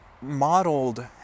modeled